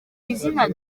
izina